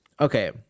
Okay